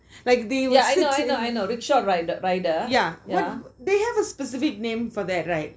yeah I know I know I know rickshaw ride~ rider yeah